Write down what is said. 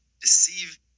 deceive